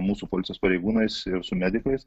mūsų policijos pareigūnais ir su medikais